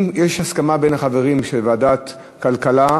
אם יש הסכמה בין החברים על וועדת הכלכלה,